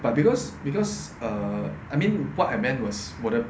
but because because err I mean what I meant was whatever